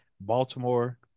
Baltimore